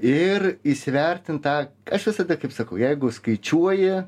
ir įsivertint tą aš visada kaip sakau jeigu skaičiuoji